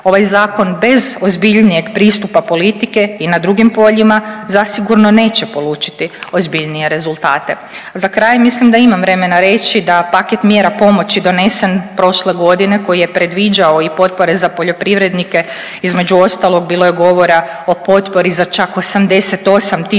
Ovaj zakon bez ozbiljnijeg pristupa politike i na drugim poljima zasigurno neće polučiti ozbiljnije rezultate. Za kraj mislim da imam vremena reći da paket mjera pomoći donesen prošle godine koji je predviđao i potpore za poljoprivrednike između ostalog bilo je govora o potpori za čak 88000